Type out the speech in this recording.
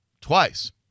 twice